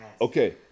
okay